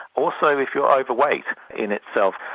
also if you're overweight in itself.